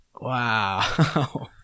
Wow